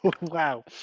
Wow